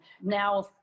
now